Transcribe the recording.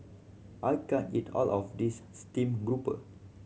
I can't eat all of this steamed grouper